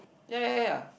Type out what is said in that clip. ya ya ya